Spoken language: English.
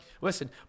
Listen